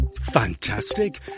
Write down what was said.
Fantastic